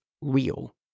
real